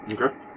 Okay